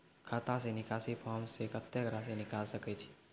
खाता से निकासी फॉर्म से कत्तेक रासि निकाल सकै छिये?